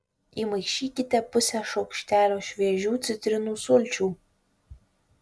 įmaišykite pusę šaukštelio šviežių citrinų sulčių